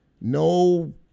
no